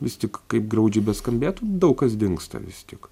vis tik kaip graudžiai beskambėtų daug kas dingsta vis tik